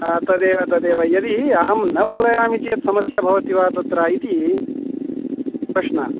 तदेव तदेव यदि अहं न पूरयामि चेत् समस्या भवति वा तत्र इति प्रशनः